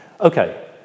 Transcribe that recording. okay